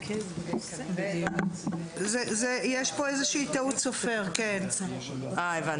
הפיילוט, אבל אני רוצה להגיד